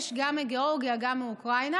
יש גם מגיאורגיה, גם מאוקראינה,